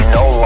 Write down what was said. no